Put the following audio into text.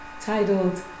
titled